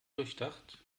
durchdacht